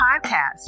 podcast